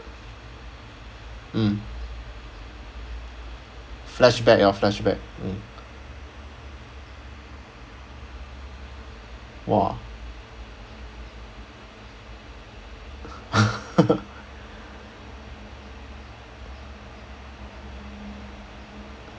mm flashback orh flashback mm !wah!